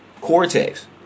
cortex